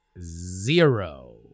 zero